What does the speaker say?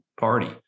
party